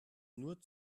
nur